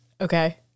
Okay